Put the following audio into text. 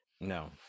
no